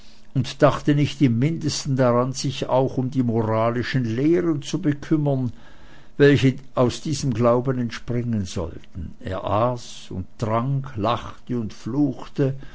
und dachte nicht im mindesten daran sich auch um die moralischen lehren zu bekümmern welche aus diesem glauben entspringen sollten er aß und trank lachte und fluchte